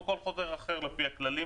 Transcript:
זה כמו כל חוזר אחר לפי הכללים,